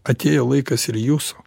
atėjo laikas ir jūsų